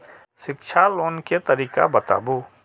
शिक्षा लोन के तरीका बताबू?